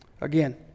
again